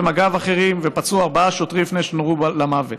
מג"ב אחרים ופצעו ארבע שוטרים לפני שנורו למוות.